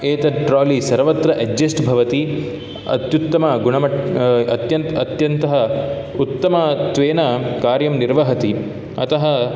एतत् ट्रालि सर्वत्र अड्जेस्ट् भवति अत्युत्तम गुणमट् अत्यन् अत्यन्तः उत्तमत्वेन कार्यं निर्वहति अतः